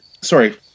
Sorry